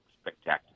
spectacular